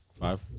Five